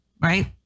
right